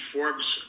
Forbes